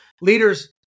Leaders